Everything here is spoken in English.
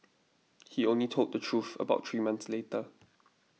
he only told the truth about three months later